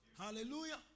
Hallelujah